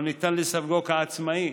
לא ניתן לסווגו כעצמאי,